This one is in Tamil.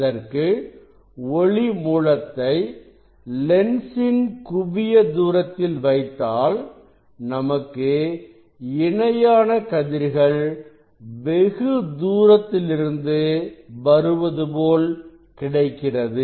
அதற்கு ஒளி மூலத்தை லென்ஸின் குவிய தூரத்தில் வைத்தாள் நமக்கு இணையான கதிர்கள் வெகு தூரத்திலிருந்து வருவது போல் கிடைக்கிறது